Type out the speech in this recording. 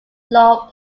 law